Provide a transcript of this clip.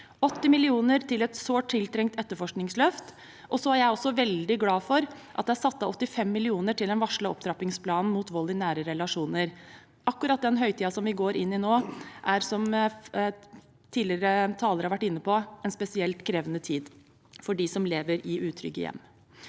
80 mill. kr til et sårt tiltrengt etterforskningsløft. Jeg er også veldig glad for at det er satt av 85 mill. kr til den varslede opptrappingsplanen mot vold i nære relasjoner. Akkurat den høytiden vi går inn i nå, er – som tidligere talere har vært inne på – en spesielt krevende tid for dem som lever i utrygge hjem.